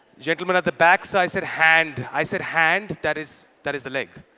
gentlemen at the backs, i said hand. i said hand. that is that is the leg.